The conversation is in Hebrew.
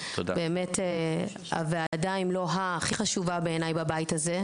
באמת הוועדה אם לא הכי חשובה בעיניי בבית הזה,